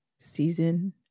Season